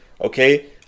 okay